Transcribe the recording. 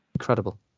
Incredible